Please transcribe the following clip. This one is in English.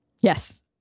Yes